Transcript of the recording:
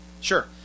Sure